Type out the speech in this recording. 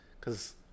Cause